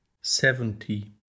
seventy